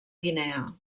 guinea